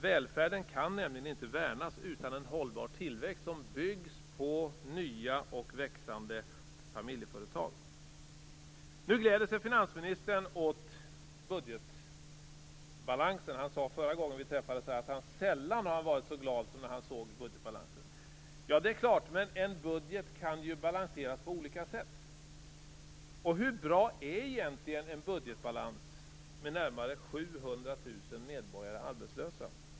Välfärden kan nämligen inte värnas utan en hållbar tillväxt som byggs på nya och växande familjeföretag. Finansministern gläder sig nu i alla fall åt budgetbalansen. Han sade i den förra debatten här att han sällan varit så glad som när han såg budgetbalansen. Ja, men en budget kan balanseras på olika sätt. Hur bra är egentligen en budgetbalans med närmare 700 000 medborgare arbetslösa?